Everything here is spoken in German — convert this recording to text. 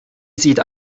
sieht